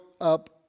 up